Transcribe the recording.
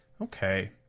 Okay